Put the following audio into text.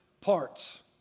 parts